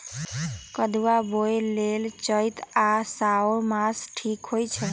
कदुआ बोए लेल चइत आ साओन मास ठीक होई छइ